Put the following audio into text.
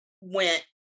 went